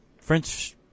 French